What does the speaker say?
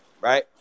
right